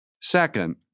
Second